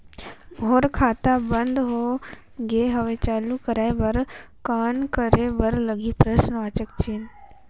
मोर खाता बंद हो गे हवय चालू कराय बर कौन करे बर लगही?